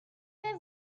vais